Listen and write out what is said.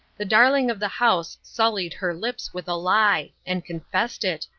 the darling of the house sullied her lips with a lie and confessed it,